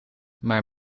maar